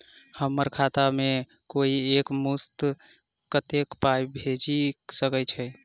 हम्मर खाता मे कोइ एक मुस्त कत्तेक पाई भेजि सकय छई?